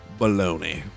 baloney